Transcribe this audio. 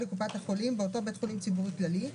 לקופת החולים באותו בית חולים ציבורי כללי,